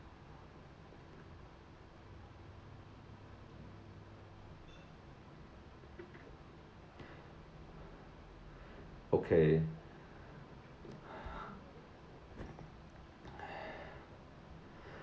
okay